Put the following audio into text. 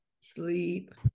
sleep